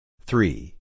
three